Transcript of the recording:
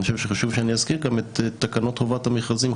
אני חושב שחשוב שאני אזכיר גם את התקנות חובת המכרזים,